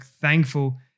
thankful